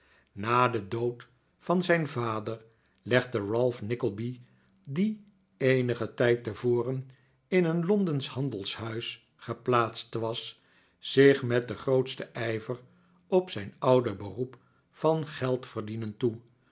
na den dood van zijn vader legde ralph nickleby die eenigen tijd tevoren in een londensch handelshuis geplaatst was zich met den grootsten ijver op zijn oude beroep van geldverdienen toe